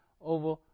over